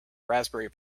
raspberry